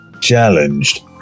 challenged